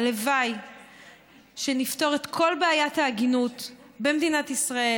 הלוואי שנפתור את כל בעיית העגינות במדינת ישראל,